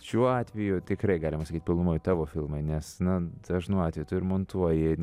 šiuo atveju tikrai galima sakyt pilnumoj tavo filmai nes na dažnu atveju tu ir montuoji